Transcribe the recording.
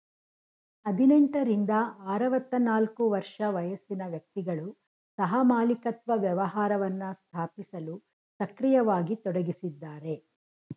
ಹದಿನೆಂಟ ರಿಂದ ಆರವತ್ತನಾಲ್ಕು ವರ್ಷ ವಯಸ್ಸಿನ ವ್ಯಕ್ತಿಗಳು ಸಹಮಾಲಿಕತ್ವ ವ್ಯವಹಾರವನ್ನ ಸ್ಥಾಪಿಸಲು ಸಕ್ರಿಯವಾಗಿ ತೊಡಗಿಸಿದ್ದಾರೆ